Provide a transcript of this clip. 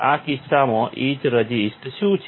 આ કિસ્સામાં ઇચ રઝિસ્ટ શું છે